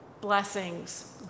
blessings